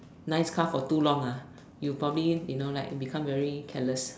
nice car for too long ah you probably you know like become like very careless